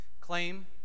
Claim